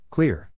Clear